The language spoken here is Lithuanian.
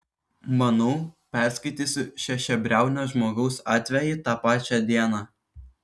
manau perskaitysiu šešiabriaunio žmogaus atvejį tą pačią dieną